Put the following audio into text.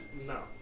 No